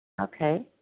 Okay